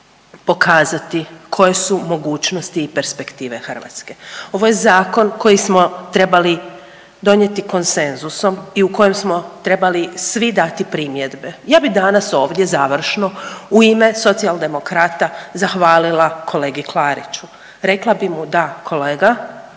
pokazati koje su mogućnosti i perspektive Hrvatske. Ovo je zakon koji smo trebali donijeti konsenzusom i u kojem smo trebali svi dati primjedbe. Ja bih danas ovdje završno u ime Socijaldemokrata zahvalila kolegi Klariću, rekla bih mu da kolega,